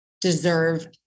deserve